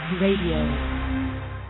Radio